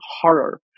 horror